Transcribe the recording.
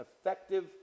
effective